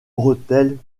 bretelles